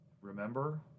Remember